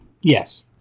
Yes